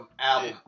album